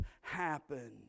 happen